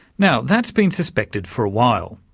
now that's been suspected for a while,